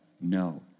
no